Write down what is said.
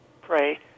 pray